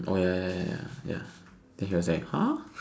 orh ya ya ya ya then he was like !huh!